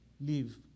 live